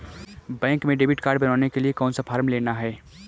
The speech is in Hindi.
बैंक में डेबिट कार्ड बनवाने के लिए कौन सा फॉर्म लेना है?